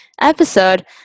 episode